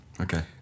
okay